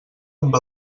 amb